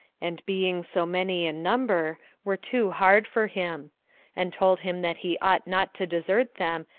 and being so many in number, were too hard for him and told him that he ought not to desert them,